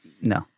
No